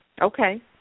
Okay